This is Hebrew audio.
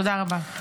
תודה רבה.